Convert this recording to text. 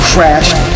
Crashed